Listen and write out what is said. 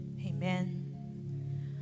Amen